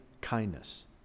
kindness